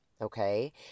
Okay